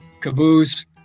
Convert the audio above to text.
caboose